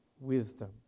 wisdom